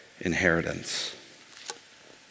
inheritance